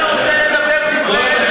אם אתה רוצה לדבר דברי הבל,